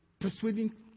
persuading